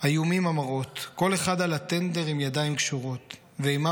איומים המראות / כל אחד על הטנדר עם ידיים קשורות / ואימה